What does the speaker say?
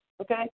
Okay